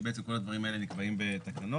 שבעצם כל הדברים האלה נקבעים בתקנות.